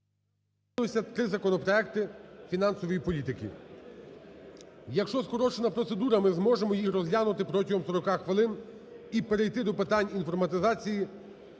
залишилося три законопроекти фінансової політики. Якщо скорочена процедура, ми зможемо їх розглянути протягом 40 хвилин і перейти до питань інформатизації,